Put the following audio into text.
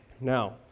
Now